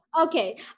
Okay